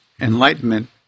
Enlightenment